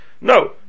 No